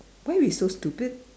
why we so stupid